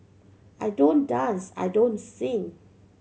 I don't dance I don't sing